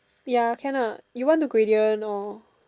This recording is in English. ya can ah you want to gradient or